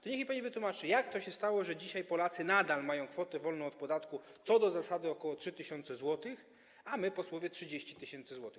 To niech mi pani wytłumaczy, jak to się stało, że dzisiaj Polacy nadal mają kwotę wolną od podatku co do zasady w wysokości ok. 3 tys. zł, a my posłowie 30 tys. zł.